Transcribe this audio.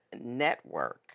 Network